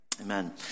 Amen